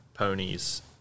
ponies